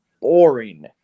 boring